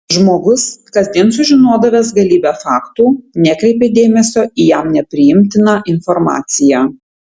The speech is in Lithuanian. žmogus kasdien sužinodavęs galybę faktų nekreipė dėmesio į jam nepriimtiną informaciją